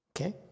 Okay